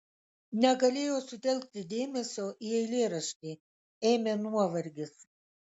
negalėjo sutelkti dėmesio į eilėraštį ėmė nuovargis